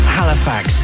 Halifax